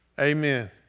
Amen